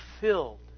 filled